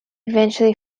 eventually